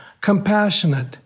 compassionate